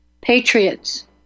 patriots